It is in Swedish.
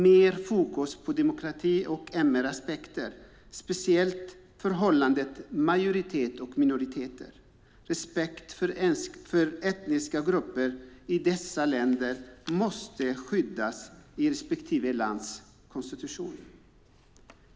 Mer fokus måste läggas på demokrati och MR-aspekter, speciellt i förhållandet majoriteten-minoriteter. Respekten för etniska grupper måste i dessa länder skyddas i respektive lands konstitution.